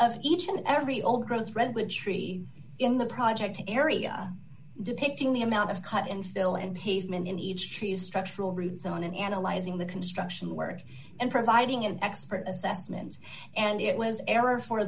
of each and every old growth redwood tree in the project area depicting the amount of cut in phil and pavement in each tree's structural root zone in analyzing the construction work and providing an expert assessments and it was error for